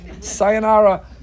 Sayonara